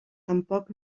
tampoc